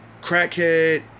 crackhead